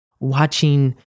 watching